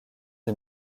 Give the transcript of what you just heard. des